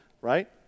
right